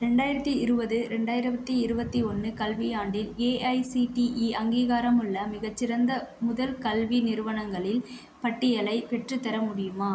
ரெண்டாயிரத்து இருபது ரெண்டாயிரத்து இருபத்தி ஒன்று கல்வியாண்டில் ஏஐசிடிஇ அங்கீகாரமுள்ள மிகச்சிறந்த முதல் கல்வி நிறுவனங்களில் பட்டியலை பெற்றுத்தர முடியுமா